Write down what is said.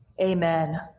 amen